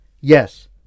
Yes